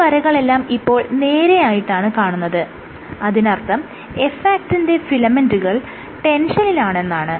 ഈ വരകളെല്ലാം ഇപ്പോൾ നേരെയായിട്ടാണ് കാണുന്നത് അതിനർത്ഥം F ആക്റ്റിന്റെ ഫിലമെന്റുകൾ ടെൻഷനിലാണെന്നാണ്